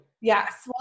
Yes